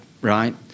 Right